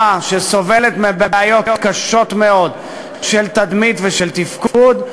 שסובלת מבעיות קשות מאוד של תדמית ושל תפקוד,